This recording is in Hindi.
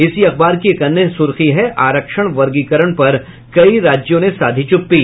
इसी अखबार की एक अन्य सुर्खी है आरक्षण वर्गीकरण पर कई राज्यों ने साधी चुप्पी